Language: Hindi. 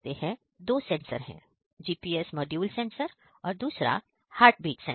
यहां पर दो सेंसर है GPS मॉड्यूल सेंसर और दूसरा हार्टबीट सेंसर